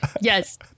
Yes